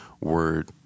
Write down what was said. word